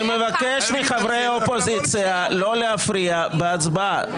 אני מבקש מחברי האופוזיציה לא להפריע בהצבעה.